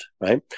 right